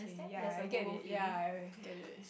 ya I get ya I get it